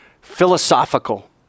philosophical